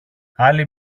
άλλη